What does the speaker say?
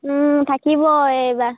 থাকিব এইবাৰ